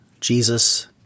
Jesus